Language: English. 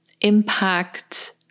impact